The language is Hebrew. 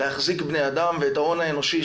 להחזיק בני אדם ואת ההון האנושי,